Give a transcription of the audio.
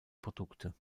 produkte